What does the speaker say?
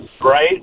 right